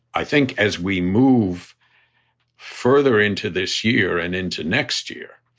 i think as we move further into this year and into next year,